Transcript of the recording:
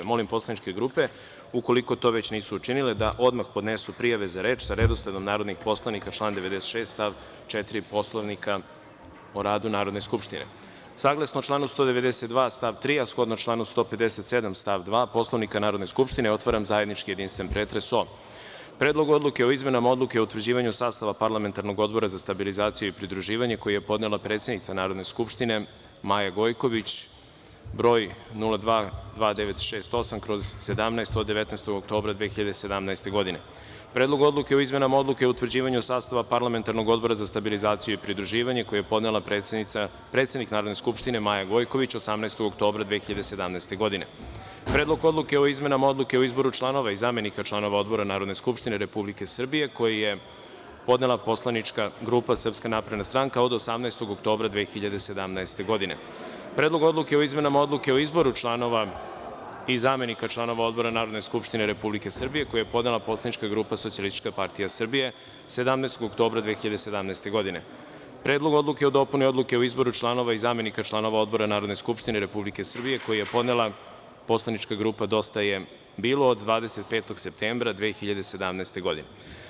Molim poslaničke grupe, ukoliko to već nisu učinile, da odmah podnesu prijave za reč sa redosledom narodnih poslanika (član 96. stav 4. Poslovnika o radu Narodne skupštine.) Saglasno članu 192. stav 3, a shodno članu 157. stav 2. Poslovnika Narodne skupštine, otvaram zajednički jedinstveni pretres o: Predlogu odluke o izmenama Odluke o utvrđivanju sastava Parlamentarnog odbora za stabilizaciju i pridruživanje, koji je podnela predsednik Narodne skupštine Maja Gojković (broj 02-2968/17 od 19. oktobra 2017. godine); Predlogu odluke o izmenama Odluke o utvrđivanju sastava Parlamentarnog odbora za stabilizaciju i pridruživanje, koji je podnela predsednik Narodne skupštine Maja Gojković 18. oktobra 2017. godine; Predlogu odluke o izmenama Odluke o izboru članova i zamenika članova odbora Narodne skupštine Republike Srbije, koji je podnela poslanička grupa SNS, od 18. oktobra 2017. godine; Predlogu odluke o izmenama Odluke o izboru članova i zamenika članova odbora Narodne skupštine Republike Srbije, koji je podnela poslanička grupa SPS, od 17. oktobra 2017. godine; Predlogu odluke o izmenama Odluke o izboru članova i zamenika članova odbora Narodne skupštine Republike Srbije, koji je podnela poslanička grupa Dosta je bilo, od 25. septembra 2017. godine.